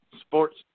Sports